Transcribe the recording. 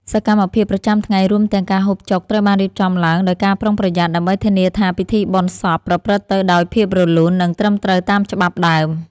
សកម្មភាពប្រចាំថ្ងៃរួមទាំងការហូបចុកត្រូវបានរៀបចំឡើងដោយការប្រុងប្រយ័ត្ន ដើម្បីធានាថាពិធីបុណ្យសពប្រព្រឹត្តទៅដោយភាពរលូន និងត្រឹមត្រូវតាមច្បាប់ដើម។